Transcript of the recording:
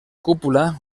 cúpula